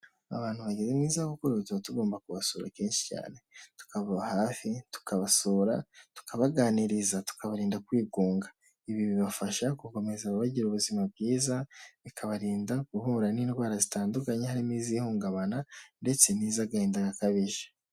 Abantu bageze mu za bukuru tuba tugomba kubasura kenshi cyane; tukababa hafi tukabasura tukabaganiriza, tukabarinda kwigunga. Ibi bibafasha gukomeza bagira ubuzima bwiza, bikabarinda guhura n'indwara zitandukanye harimo iz' ihungabana ndetse n'iz'agahinda gakabije.